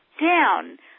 down